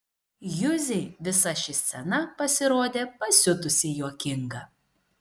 juzei visa ši scena pasirodė pasiutusiai juokinga